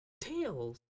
Tails